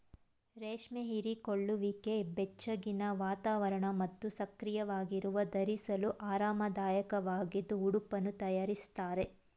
ರೇಷ್ಮೆ ಹೀರಿಕೊಳ್ಳುವಿಕೆ ಬೆಚ್ಚಗಿನ ವಾತಾವರಣ ಮತ್ತು ಸಕ್ರಿಯವಾಗಿರುವಾಗ ಧರಿಸಲು ಆರಾಮದಾಯಕವಾಗಿದ್ದು ಉಡುಪನ್ನು ತಯಾರಿಸ್ತಾರೆ